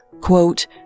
Quote